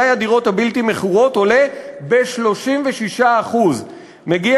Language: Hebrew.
מלאי הדירות הבלתי-מכורות עולה ב-36% ומגיע